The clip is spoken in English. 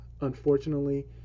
unfortunately